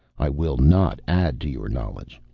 i will not add to your knowledge.